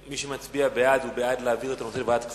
מי שמצביע בעד הוא בעד להעביר לוועדת הכספים,